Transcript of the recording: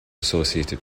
associated